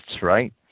right